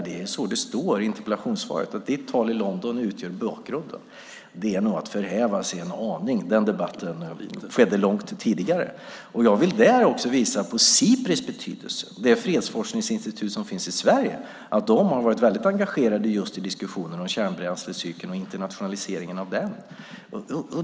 Så står det i interpellationssvaret: att ditt tal i London utgör bakgrunden. Det är nog att förhäva sig en aning. Den debatten skedde långt tidigare. Jag vill där också visa på betydelsen av Sipri, det fredsforskningsinstitut som finns i Sverige, som har varit väldigt engagerat i diskussionen om kärnbränslecykeln och internationaliseringen av den.